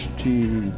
tea